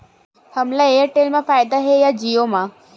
हमला एयरटेल मा फ़ायदा हे या जिओ मा?